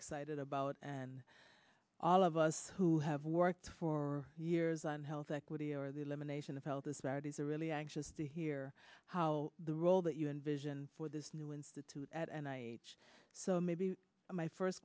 excited about and all of us who have worked for years on health equity or the elimination of health disparities are really anxious to hear how the role that you envision for this new institute and i so maybe my first